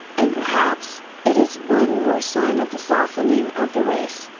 and perhaps, it is one more sign of the softening of the race.